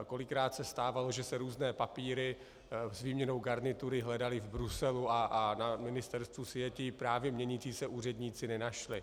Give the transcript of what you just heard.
Kolikrát se stávalo, že se různé papíry s výměnou garnitury hledaly v Bruselu a na ministerstvu je právě měnící se úředníci nenašli.